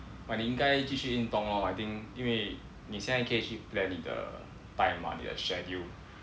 but 你应该继续运动哦 I think 因为你现在可以去 plan 你的 time mah 你的 schedule